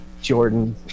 Jordan